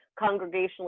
congregationally